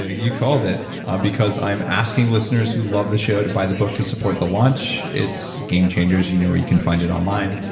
ah you called it because i'm asking listeners who love the show to buy the book to support the launch. it's game changers, and you know where you can find it online.